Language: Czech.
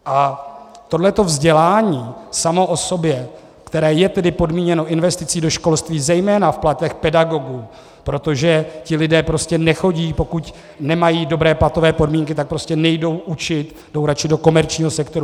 A vzdělání samo o sobě, které je tedy podmíněno investicí do školství zejména v platech pedagogů, protože ti lidé prostě nechodí, pokud nemají dobré platové podmínky, tak prostě nejdou učit, jdou radši do komerčního sektoru.